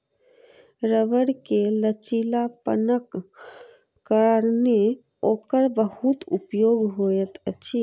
रबड़ के लचीलापनक कारणेँ ओकर बहुत उपयोग होइत अछि